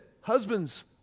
husbands